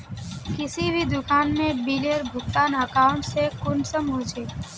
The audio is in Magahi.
किसी भी दुकान में बिलेर भुगतान अकाउंट से कुंसम होचे?